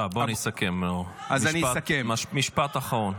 תודה, בוא נסכם, נאור, משפט אחרון.